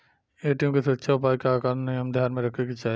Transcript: ATM के सुरक्षा उपाय के का का नियम ध्यान में रखे के चाहीं?